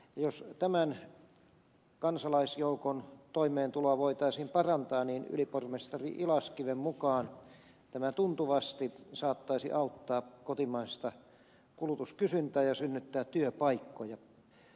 jos tämän kansalaisjoukon toimeentuloa voitaisiin parantaa niin ylipormestari ilaskiven mukaan tämä tuntuvasti saattaisi auttaa kotimaista kulutuskysyntää ja synnyttää työpaikkoja